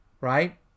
right